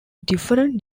different